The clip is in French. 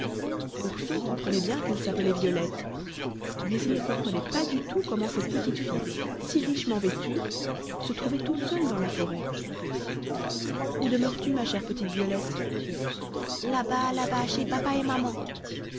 ourson comprenait bien qu'elle s'appelait violette mais il ne comprenait pas du tout comment cette petite fille si richement vêtue se trouvait toute seule dans la forêt où demeures-tu ma chère petite violette là-bas là-bas chez papa et maman